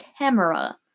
Tamara